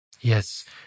Yes